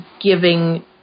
Giving